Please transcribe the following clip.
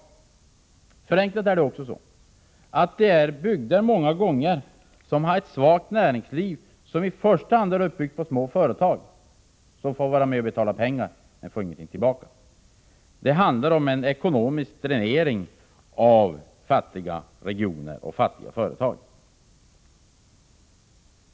Det är helt enkelt också så att det många gånger är bygder med ett svagt näringsliv, som i första hand är uppbyggt på små företag, som får vara med och betala pengar men inte får någonting tillbaka. Det handlar om en ekonomisk dränering av fattiga regioner och fattiga företag.